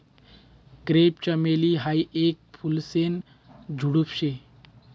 crepe चमेली हायी येक फुलेसन झुडुप शे